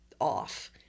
off